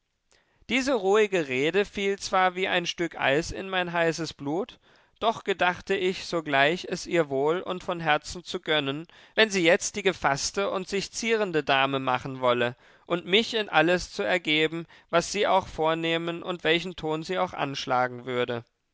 diese ruhige rede fiel zwar wie ein stück eis in mein heißes blut doch gedachte ich sogleich es ihr wohl und von herzen zu gönnen wenn sie jetzt die gefaßte und sich zierende dame machen wolle und mich in alles zu ergeben was sie auch vornehmen und welchen ton sie auch anschlagen würde